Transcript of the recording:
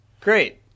Great